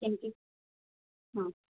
કેમકે હં